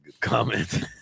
comment